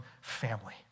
family